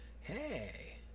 Hey